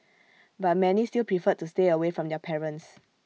but many still preferred to stay away from their parents